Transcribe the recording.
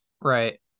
Right